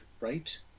right